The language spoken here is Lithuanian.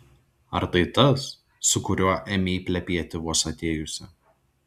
ar tai tas su kuriuo ėmei plepėti vos atėjusi